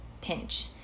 pinch